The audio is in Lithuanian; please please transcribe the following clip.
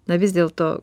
na vis dėlto